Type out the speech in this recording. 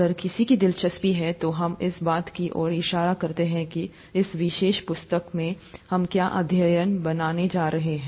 अगर किसी की दिलचस्पी है तो हम इस बात की ओर इशारा करते हैं कि इस विशेष पुस्तक में हम क्या अध्याय बनाने जा रहे हैं